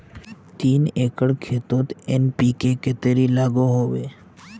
तीन एकर खेतोत एन.पी.के कतेरी लागोहो होबे?